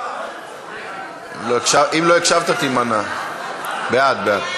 הצעת ועדת הכנסת להעביר